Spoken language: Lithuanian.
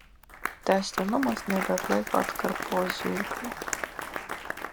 tęstinumas nebeatlaiko atkarpos žirklių